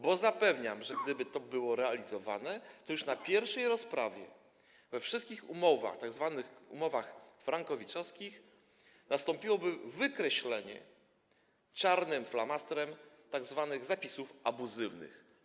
Bo zapewniam, że gdyby to było realizowane, to już na pierwszej rozprawie we wszystkich tzw. umowach frankowiczowskich nastąpiłoby wykreślenie czarnym flamastrem tzw. zapisów abuzywnych.